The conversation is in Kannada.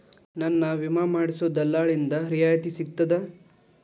ನನ್ನ ವಿಮಾ ಮಾಡಿಸೊ ದಲ್ಲಾಳಿಂದ ರಿಯಾಯಿತಿ ಸಿಗ್ತದಾ?